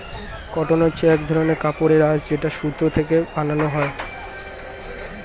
cotton হচ্ছে এক ধরনের কাপড়ের আঁশ যেটা সুতো থেকে বানানো হয়